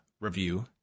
review